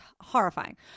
horrifying